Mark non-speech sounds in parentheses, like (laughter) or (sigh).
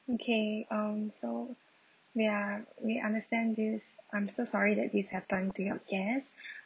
okay um so ya we understand this I'm so sorry that this happened to your guests (breath)